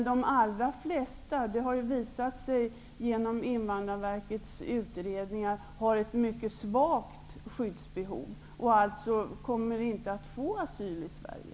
Det har dock visat sig genom Invandrarverkets utredningar att de flesta har ett mycket svagt skyddsbehov och således inte kommer att få asyl i Sverige.